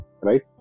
right